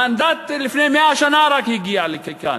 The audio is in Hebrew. המנדט, רק לפני 100 שנה הגיע לכאן,